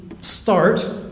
start